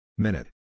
Minute